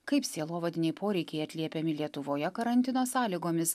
kaip sielovadiniai poreikiai atliepiami lietuvoje karantino sąlygomis